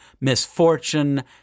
misfortune